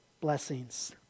blessings